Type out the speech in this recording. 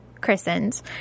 christened